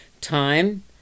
Time